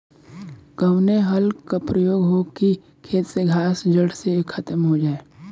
कवने हल क प्रयोग हो कि खेत से घास जड़ से खतम हो जाए?